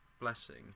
blessing